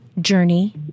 journey